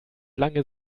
lange